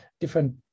different